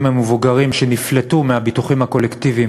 המבוגרים שנפלטו מהביטוחים הקולקטיביים